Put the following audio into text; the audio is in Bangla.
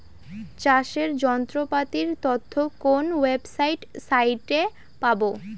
চাষের যন্ত্রপাতির তথ্য কোন ওয়েবসাইট সাইটে পাব?